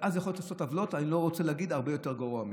ואז יכולים לעשות עוולות ואני לא רוצה להגיד הרבה יותר גרוע מכך,